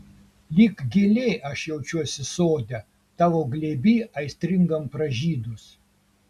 lyg gėlė aš jaučiuosi sode tavo glėby aistringam pražydus